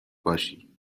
باشی